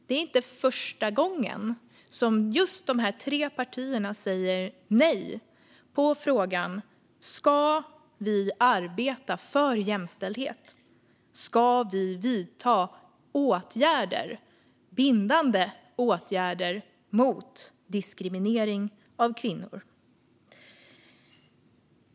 Det är inte första gången som just de här tre partierna svarar nej på frågan: Ska vi arbeta för jämställdhet, och ska vi vidta bindande åtgärder mot diskriminering av kvinnor?